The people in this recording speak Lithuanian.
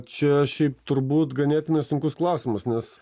čia šiaip turbūt ganėtinai sunkus klausimas nes